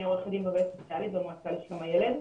אני עורכת דין ועובדת סוציאלית במועצה לשלום הילד.